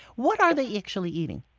what are they actually eating?